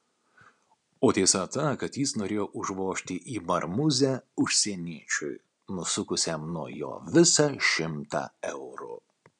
o tiesa ta kad jis norėjo užvožti į marmūzę užsieniečiui nusukusiam nuo jo visą šimtą eurų